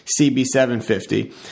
CB750